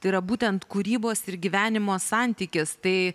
tai yra būtent kūrybos ir gyvenimo santykis tai